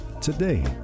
today